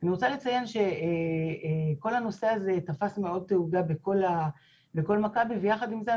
אני רוצה לציין שכל הנושא הזה תפס מאוד תהודה בכל מכבי ויחד עם זה,